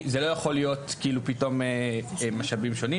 זה לא יכול להיות פתאום משאבים שונים.